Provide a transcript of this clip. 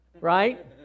right